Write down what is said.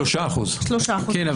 כן,